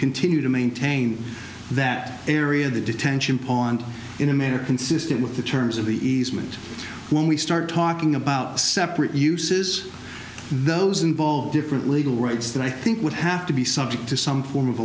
continue to maintain that area of the detention pond in a manner consistent with the terms of the easement when we start talking about separate uses those involve different legal rights that i think would have to be subject to some form of a